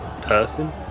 person